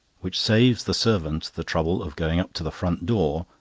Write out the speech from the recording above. which saves the servant the trouble of going up to the front door,